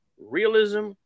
realism